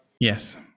Yes